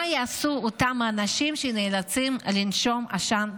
מה יעשו אותם אנשים שנאלצים לנשום עשן פסיבי?